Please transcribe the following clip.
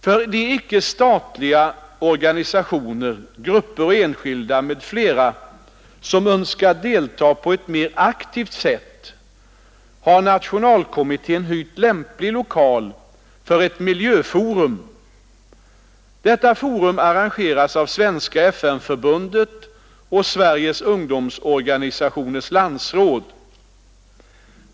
För de icke-statliga organisationer, grupper och enskilda m.fl. som önskar delta på ett mer aktivt sätt har Nationalkommittén hyrt lämplig lokal för ett miljöforum. Detta forum arrangeras av Svenska FN-förbundet och Sveriges Ungdomsorganisationers landsråd.